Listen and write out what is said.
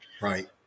Right